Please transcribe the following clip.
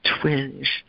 twinge